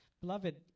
Beloved